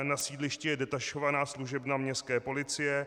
Na sídlišti je detašovaná služebna městské policie.